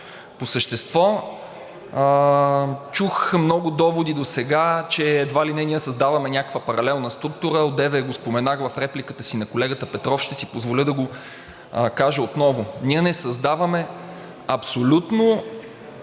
По същество, чух много доводи досега, че едва ли не ние създаваме някаква паралелна структура. Одеве го споменах в репликата си на колегата Петров. Ще си позволя да го кажа отново. Ние не създаваме абсолютно